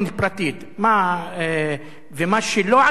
ומה שלא על אדמה פלסטינית פרטית,